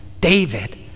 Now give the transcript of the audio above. david